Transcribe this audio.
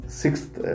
sixth